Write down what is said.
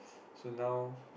so now